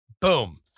Boom